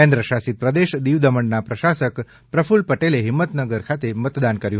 કેન્દ્રશાસિત પ્રદેશ દિવદમણના પ્રશાસક પ્રફુલ પટેલે હિંમતનગર ખાતે મતદાન કર્યું